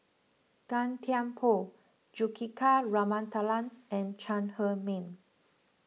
Gan Thiam Poh Juthika Ramanathan and Chong Heman